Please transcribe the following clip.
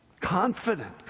Confident